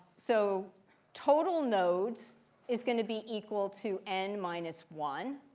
so total nodes is going to be equal to n minus one.